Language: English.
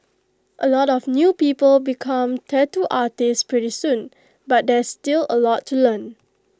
A lot of new people become tattoo artists pretty soon but there's still A lot to learn